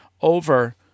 over